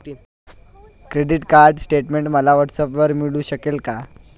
Credit card statement मला व्हॉट्सऍपवर मिळू शकेल का?